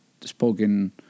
spoken